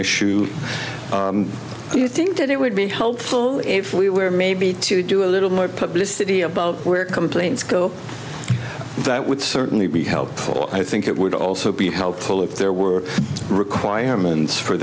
issue do you think that it would be helpful if we were maybe to do a little my publicity about where complaints go that would certainly be helpful i think it would also be helpful if there were requirements for